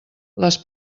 les